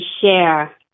share